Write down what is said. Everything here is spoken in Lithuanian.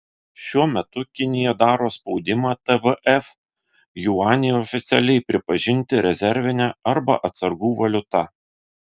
šiuo metu kinija daro spaudimą tvf juanį oficialiai pripažinti rezervine arba atsargų valiuta